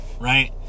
right